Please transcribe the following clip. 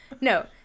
No